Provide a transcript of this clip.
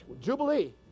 jubilee